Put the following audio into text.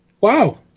Wow